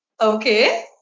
Okay